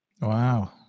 Wow